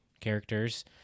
characters